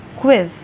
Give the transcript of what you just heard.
quiz